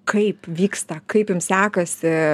kaip vyksta kaip jums sekasi